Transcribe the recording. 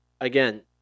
again